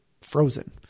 frozen